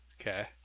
Okay